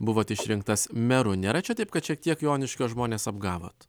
buvot išrinktas meru nėra čia taip kad šiek tiek joniškio žmones apgavot